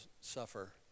suffer